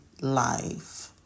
life